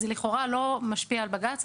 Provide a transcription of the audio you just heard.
זה לכאורה לא משפיע על בג"ץ,